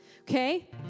Okay